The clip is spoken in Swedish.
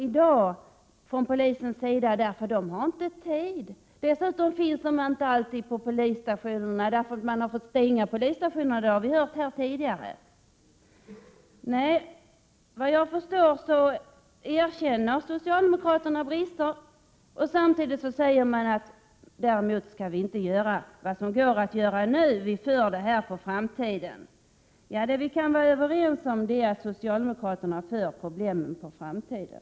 I dag brister det från polisens sida i det avseendet, eftersom man inte har tid. Dessutom finns polisen inte alltid tillgänglig. Som vi har hört här tidigare i dag har man tvingats stänga polisstationer. Såvitt jag förstår erkänner socialdemokraterna att brister finns men säger samtidigt att man inte skall göra vad som nu går att göra. De ställer åtgärderna på framtiden. Vad vi kan vara överens om är alltså att socialdemokraterna ställer problemens lösning på framtiden.